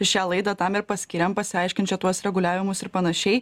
šią laidą tam ir paskyrėm pasiaiškint šituos reguliavimus ir panašiai